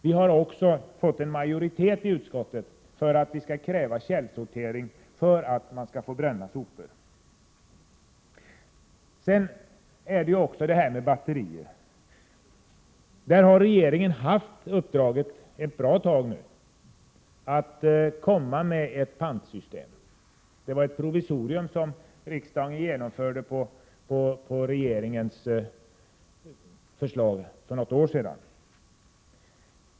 Vi har också fått en majoritet i utskottet för att kräva källsortering för att kommunerna skall få bränna sopor. Sedan är det det här med batterierna. Regeringen har nu haft ett uppdrag ett bra tag att komma med förslag på ett pantsystem — det var ett provisorium som riksdagen genomförde på regeringens förslag för något år sedan.